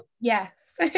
yes